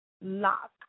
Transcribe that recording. lock